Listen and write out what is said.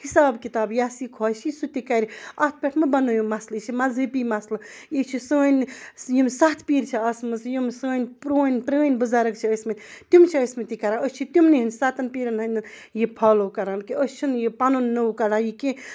حِساب کِتاب یَس یہِ خۄش یی سُہ تہِ کَرِ اَتھ پٮ۪ٹھ مہٕ بَنٲیِو مسلہٕ یہِ چھِ مذۂبی مسلہٕ یہِ چھُ سٲنۍ یِم سَتھ پیٖرِ چھِ آسمَژٕ یِم سٲنۍ پرٛونۍ پرٛٲنۍ بُزَرٕگ چھِ ٲسۍ مٕتۍ تِم چھِ ٲسۍ مٕتۍ یہِ کَران أسۍ چھِ تِمنٕے ہِنٛدۍ سَتَن پیٖرَن ہٕنٛدۍ نہٕ یہِ فالو کَران کہِ أسۍ چھِنہٕ یہِ پَنُن نوٚو کَڑان یہِ کینٛہہ